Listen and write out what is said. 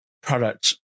product